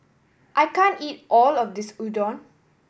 I can't eat all of this Udon